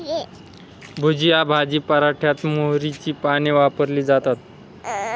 भुजिया भाजी पराठ्यात मोहरीची पाने वापरली जातात